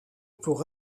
pour